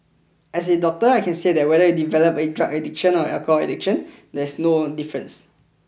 as a doctor I can say that whether you develop a drug addiction or alcohol addiction there is no difference